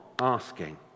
asking